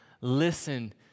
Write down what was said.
listen